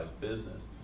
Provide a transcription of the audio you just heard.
business